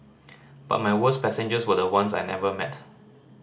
but my worst passengers were the ones I never met